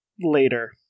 later